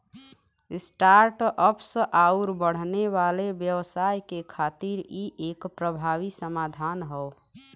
start ups आउर बढ़ने वाले व्यवसाय के खातिर इ एक प्रभावी समाधान हौ